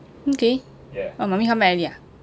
okay oh mummy come back already ah